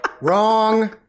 Wrong